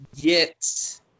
get